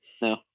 no